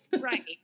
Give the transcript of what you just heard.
Right